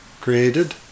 created